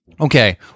Okay